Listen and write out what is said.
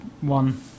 one